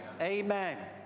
Amen